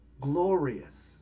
glorious